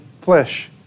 flesh